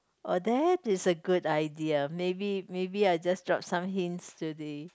oh that's a good idea maybe maybe I just drop some hints to the